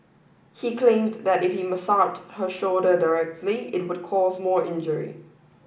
he claimed that if he massaged her shoulder directly it would cause more injury